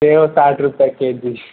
सेब साठ रुपये के जी